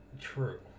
True